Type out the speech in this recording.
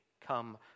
Come